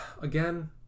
again